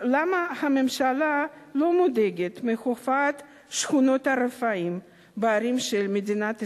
למה הממשלה לא מודאגת מהופעת "שכונות הרפאים" בערים של מדינת ישראל,